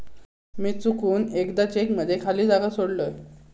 मी चुकून एकदा चेक मध्ये खाली जागा सोडलय